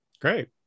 great